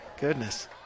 Goodness